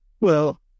Well-